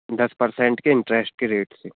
दस पर्सेंट के इंटरेस्ट के रेट से